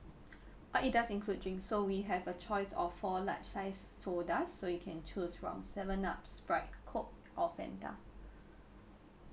but it does include drinks so we have a choice of four large sized sodas so you can choose from seven up sprite coke or fanta